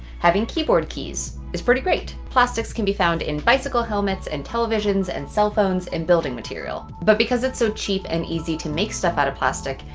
having keyboard keys is pretty great. plastics can be found in bicycle helmets and televisions and cell phones and building material. but because it's so cheap and easy to make stuff out of plastic,